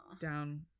down